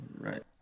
right